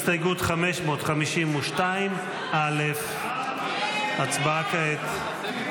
הסתייגות 552 א' הצבעה כעת.